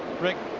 rick,